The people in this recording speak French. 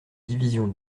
division